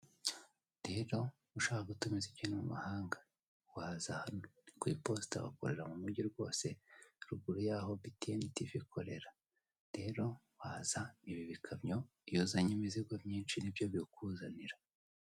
Rero ushaka gutumiza ibyo mu mahanga waza hano, ni ku iposita bakorera mu mugi rwose ruguru yaho bitiyeni ikorera. Rero waza ibi bikamyo iyo uzanye imizigo myinshi nibyo biyikuzanira.